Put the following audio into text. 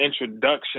introduction